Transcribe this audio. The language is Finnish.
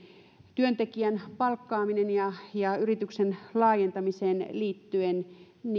työntekijän palkkaamiseen ja yrityksen laajentamiseen liittyen